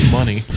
Money